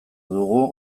dugu